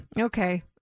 okay